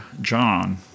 John